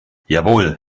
jawohl